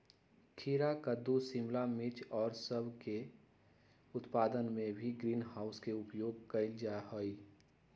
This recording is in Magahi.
खीरा कद्दू शिमला मिर्च और सब के उत्पादन में भी ग्रीन हाउस के उपयोग कइल जाहई